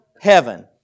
heaven